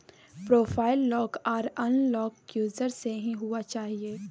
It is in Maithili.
प्रोफाइल लॉक आर अनलॉक यूजर से ही हुआ चाहिए